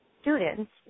students